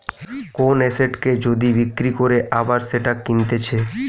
কোন এসেটকে যদি বিক্রি করে আবার সেটা কিনতেছে